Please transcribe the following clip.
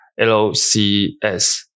LOCS